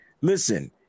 Listen